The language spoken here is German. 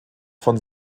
von